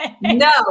No